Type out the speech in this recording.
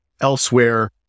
elsewhere